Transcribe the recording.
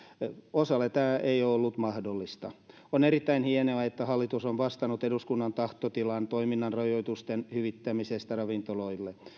osalle tämä ei ole ollut mahdollista on erittäin hienoa että hallitus on vastannut eduskunnan tahtotilaan toiminnan rajoitusten hyvittämisestä ravintoloille